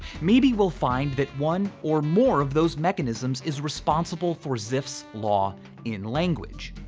maybe we'll find that one or more of those mechanisms is responsible for zipf's law in language.